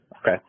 Okay